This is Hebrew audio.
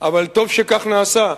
אבל טוב שכך נעשה.